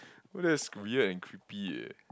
oh that's weird and creepy eh